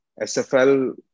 SFL